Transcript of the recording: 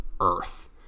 Earth